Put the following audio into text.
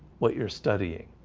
what you're studying?